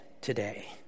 today